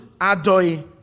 Adoy